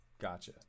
gotcha